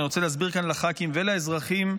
להסביר לח"כים ולאזרחים,